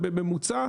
ובממוצע,